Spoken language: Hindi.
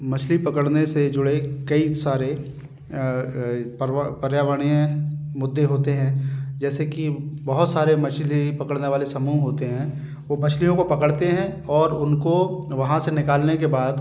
मछली पकड़ने से जुड़े कई सारे पर्यावर्णीय मुद्दे होते हैं जैसे कि बहुत सारे मछली पकड़ने वाले समूह होते हैं वो मछलियों को पकड़ते हैं और उनको वहाँ से निकालने के बाद